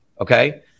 Okay